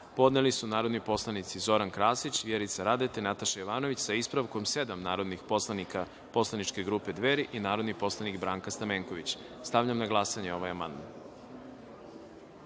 podneli su narodni poslanici Zoran Krasić, Vjerica Radeta i Nataša Jovanović, sa ispravkom, sedam narodnih poslanika poslaničke grupe Dveri i narodni poslanik Branka Stamenković. Stavljam na glasanje ovaj